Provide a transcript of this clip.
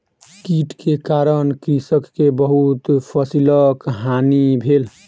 कीट के कारण कृषक के बहुत फसिलक हानि भेल